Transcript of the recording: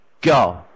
go